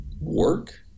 work